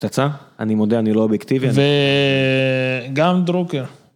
תצא אני מודה אני לא אובייקטיבי וגם דרוקר.